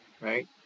right